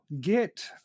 get